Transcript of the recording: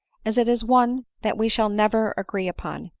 as it is one that we shall never agree, upon.